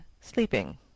Sleeping